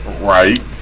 Right